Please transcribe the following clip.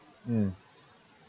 mm